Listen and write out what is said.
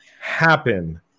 happen